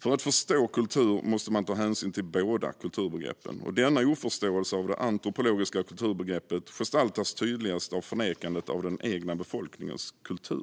För att förstå kultur måste man ta hänsyn till båda kulturbegreppen. Denna oförståelse av det antropologiska kulturbegreppet gestaltas tydligast av förnekandet av den egna befolkningens kultur.